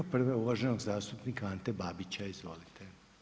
Prva je uvaženog zastupnika Ante Babića, izvolite.